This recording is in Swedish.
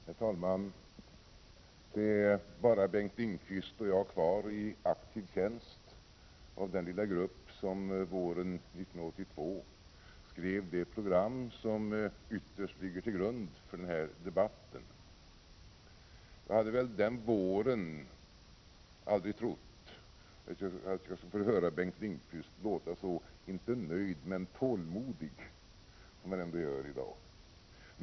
Herr talman! Det är bara Bengt Lindqvist och jag kvar i aktiv tjänst av den lilla grupp som våren 1982 skrev det program som ytterst ligger till grund för denna debatt. Jag hade väl den våren aldrig trott att jag skulle få höra Bengt Lindqvist låta så, om inte nöjd men ändå tålmodig som han gör i dag.